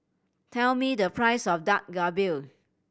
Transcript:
tell me the price of Dak Galbi